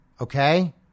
okay